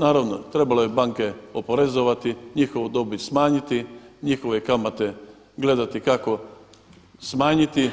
Naravno trebalo je banke oporezovati, njihovu dobit smanjiti, njihove kamate gledati kako smanjiti,